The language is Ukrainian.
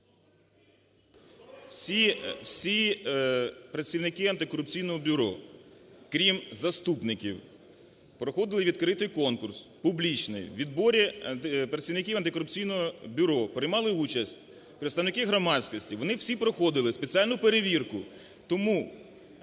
Всі працівники Антикорупційного бюро, крім заступників, проходили відкритий конкурс, публічний, у відборі працівників Антикорупційного бюро. Приймали участь представники громадськості. Вони всі проходили спеціальну перевірку.